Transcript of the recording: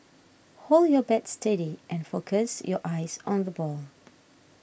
hold your bat steady and focus your eyes on the ball